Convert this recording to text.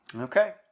okay